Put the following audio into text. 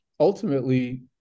Ultimately